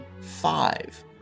five